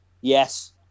Yes